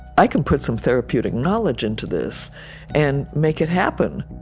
i can put some therapeutic knowledge into this and make it happen.